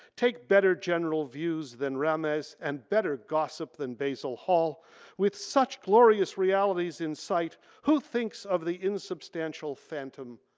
take better general views than ramez and better gossip than basil hall with such glorious realities in sight, who thinks of the insubstantial phantom,